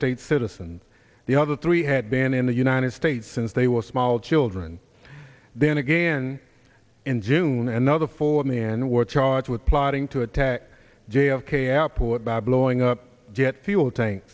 states citizen the other three had been in the united states since they were small children then again in june another for me and were charged with plotting to attack j f k airport by blowing up jet fuel tank